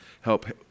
help